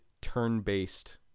turn-based